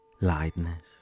lightness